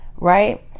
right